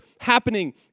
happening